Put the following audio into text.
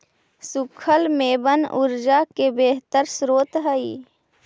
सूखल मेवबन ऊर्जा के बेहतर स्रोत हई